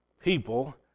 people